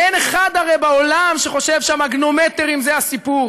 והרי אין אחד בעולם שחושב שהמגנומטרים הם הסיפור,